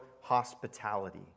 hospitality